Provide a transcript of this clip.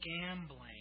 gambling